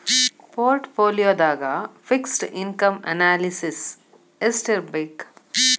ಪೊರ್ಟ್ ಪೋಲಿಯೊದಾಗ fixed income analysis ಯೆಸ್ಟಿರ್ಬಕ್?